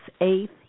eighth